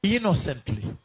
Innocently